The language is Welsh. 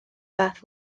fath